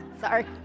Sorry